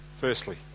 firstly